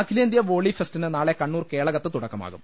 അഖിലേന്ത്യാ വോളി ഫെസ്റ്റിന് നാളെ കണ്ണൂർ കേള കത്ത് തുടക്കമാകും